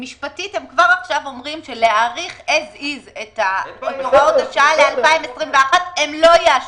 משפטית הם כבר עכשיו אומרים שלהאריך את הוראות השעה ל-2021 הם לא יאשרו.